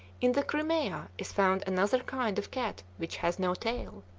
in the crimea is found another kind of cat which has no tail.